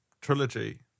trilogy